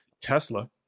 Tesla